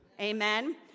Amen